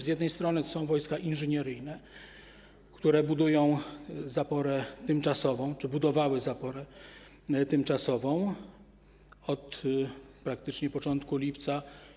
Z jednej strony są wojska inżynieryjne, które budują zaporę tymczasową czy budowały zaporę tymczasową praktycznie od początku lipca.